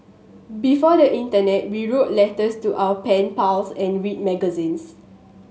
before the internet we wrote letters to our pen pals and read magazines